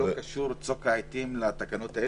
וצוק העתים לא קשור לתקנות האלה?